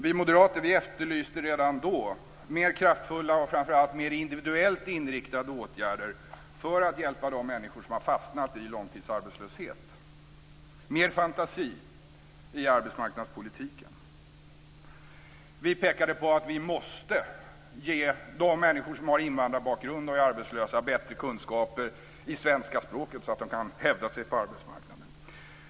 Vi moderater efterlyste redan då mer kraftfulla och framför allt mer individuellt inriktade åtgärder för att hjälpa de människor som har fastnat i långtidsarbetslöshet, mer fantasi i arbetsmarknadspolitiken. Vi pekade på att vi måste ge de människor som har invandrarbakgrund och är arbetslösa bättre kunskaper i svenska språket så att de kan hävda sig på arbetsmarknaden.